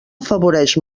afavoreix